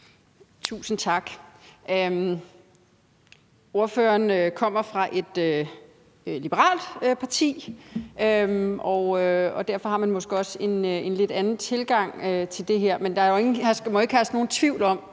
Tusind tak. Ordføreren kommer fra et liberalt parti, og derfor har man måske også en lidt anden tilgang til det her, men der må ikke herske nogen tvivl om,